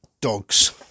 Dogs